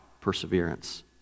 Perseverance